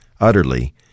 utterly